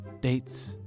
dates